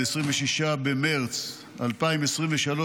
26 במרץ 2023,